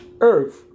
earth